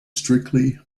strictly